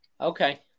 Okay